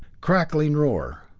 crackling roar.